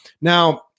Now